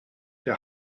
der